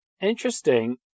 interesting